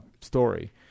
story